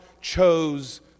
chose